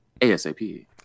ASAP